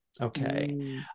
Okay